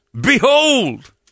Behold